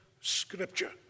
scripture